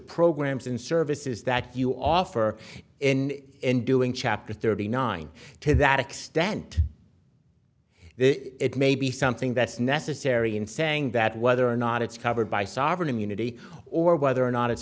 programs and services that you offer in and doing chapter thirty nine to that extent it may be something that's necessary in saying that whether or not it's covered by sovereign immunity or whether or not it's